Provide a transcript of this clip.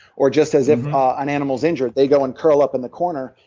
or just as if ah an animal is injured. they go and curl up in the corner,